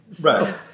Right